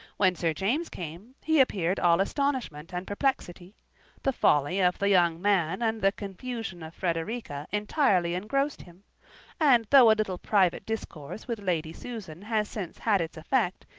when sir james came, he appeared all astonishment and perplexity the folly of the young man and the confusion of frederica entirely engrossed him and though a little private discourse with lady susan has since had its effect,